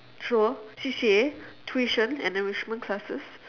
sure C_C_A tuition and enrichment classes